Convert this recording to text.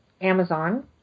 Amazon